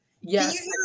yes